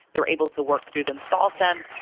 they're able to work through them, solve them,